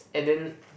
and then